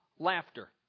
Laughter